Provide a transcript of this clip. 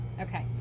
Okay